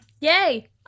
Yay